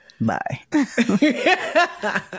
bye